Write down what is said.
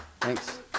thanks